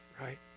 right